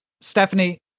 Stephanie